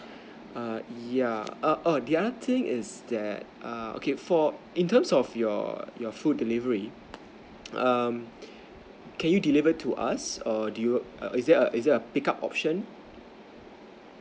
err yeah err oh the other thing is that err okay for in terms of your your food delivery um can u deliver to us or do you it there is there a pick up option